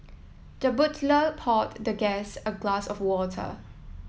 the poured the guest a glass of water